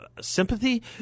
sympathy